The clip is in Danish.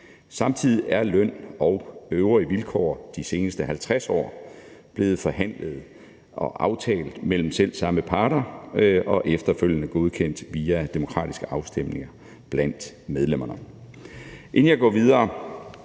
Samtidig er løn og øvrige vilkår de seneste 50 år blevet forhandlet og aftalt mellem selv samme parter og efterfølgende godkendt via demokratiske afstemninger blandt medlemmerne.